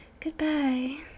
goodbye